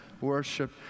worship